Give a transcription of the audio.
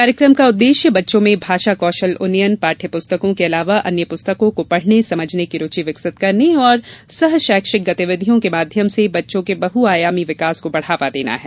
कार्यकम का उद्देश्य बच्चों में भाषा कौशल उन्नयन पाठ्य पुस्तकों के अलावा अन्य पुस्तकों को पढ़ने समझने की रुचि विकसित करने और सह शैक्षिक गतिविधियों के माध्यम से बच्चों के बहु आयामी विकास को बढावा देना है